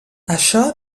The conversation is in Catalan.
això